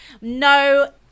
No